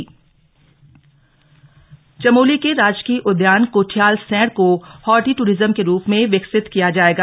horti tourism Chamoli के राजकीय उद्यान कोठियालसैंण को हॉर्टी दूरिज्म के रूप में विकसित किया जाएगा